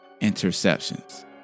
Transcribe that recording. interceptions